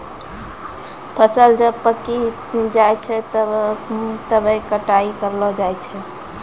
फसल जब पाक्की जाय छै तबै कटाई करलो जाय छै